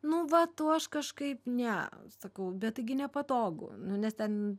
nu vat o aš kažkaip ne sakau bet taigi nepatogu nu nes ten